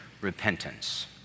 Repentance